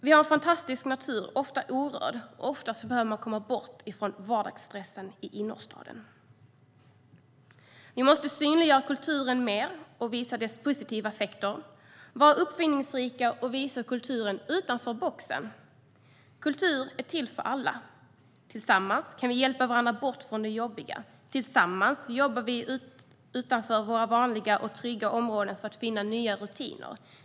Vi har en fantastisk natur, ofta orörd. Ofta behöver man komma bort från vardagsstressen i innerstaden. Vi måste synliggöra kulturen mer och visa dess positiva effekter. Det handlar om att vara uppfinningsrika och visa kulturen utanför boxen. Kultur är till för alla. Tillsammans kan vi hjälpa varandra bort från det jobbiga. Tillsammans jobbar vi utanför våra vanliga och trygga områden för att finna nya rutiner.